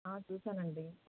చూశానండి